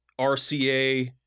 RCA